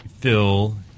Phil